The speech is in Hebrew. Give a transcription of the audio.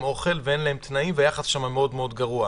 אוכל ואין להם תנאים וגם היחס מאוד גרוע.